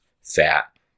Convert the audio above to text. fat